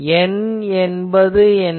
N என்பது என்ன